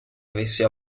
avesse